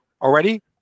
already